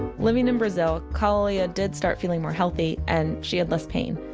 living in brazil, kalalea did start feeling more healthy and she had less pain.